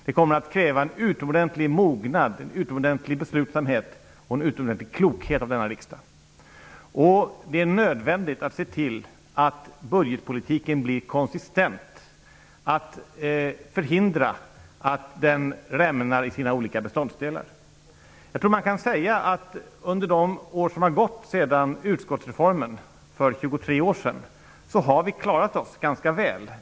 Det kommer att kräva en utomordentlig mognad, beslutsamhet och klokhet av denna riksdag. Det är nödvändigt att se till att budgetpolitiken blir konsistent, att förhindra att den rämnar i sina olika beståndsdelar. Jag tror att man kan säga att vi under de år som har gått sedan utskottsreformen för 23 år sedan har klarat oss ganska väl.